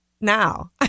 now